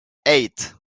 eight